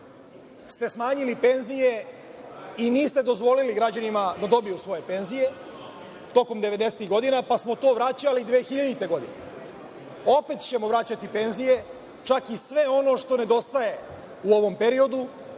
ste smanjili penzije i niste dozvolili građanima da dobiju svoje penzije, tokom 90-tih godina, pa smo to vraćali 2000. godine. Opet ćemo vraćati penzije, čak i sve ono što nedostaje u ovom periodu